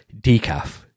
decaf